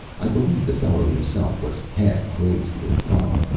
i believe the fellow himself was half crazed with funk.